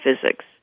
physics